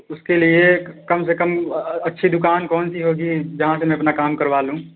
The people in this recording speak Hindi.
उसके लिए कम से कम अच्छी दुकान कौनसी होगी जहाँ से मैं अपना काम करवा लूँ